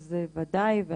אז ודאי,